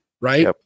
right